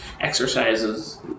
exercises